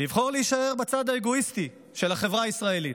לבחור להישאר בצד האגואיסטי של החברה הישראלית.